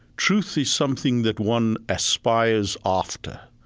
truth is something that one aspires after.